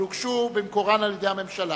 אבל הוגשו במקורן על-ידי הממשלה.